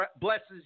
blesses